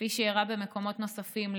כפי שאירע במקומות נוספים,